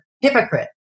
hypocrite